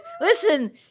Listen